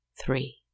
Three